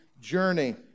journey